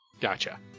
Gotcha